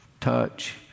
touch